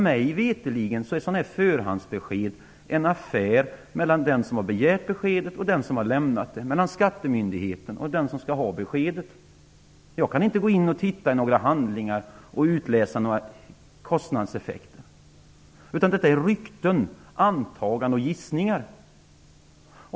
Mig veterligen är ett förhandsbesked en affär mellan den som har begärt beskedet och den som har lämnat det, dvs. mellan den som skall ha beskedet och skattemyndigheten. Jag kan inte gå in och titta i några handlingar och utläsa vilka kostnadseffekterna blir. Detta är bara rykten, antaganden och gissningar.